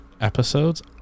episodes